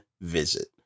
visit